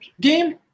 game